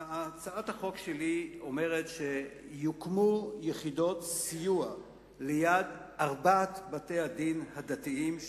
הצעת החוק שלי אומרת שיוקמו יחידות סיוע ליד ארבעת בתי-הדין הדתיים,